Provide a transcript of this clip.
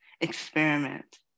experiment